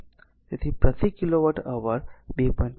તેથી પ્રતિ kilowatt hour 2